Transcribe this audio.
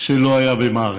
שלא היה במערכת,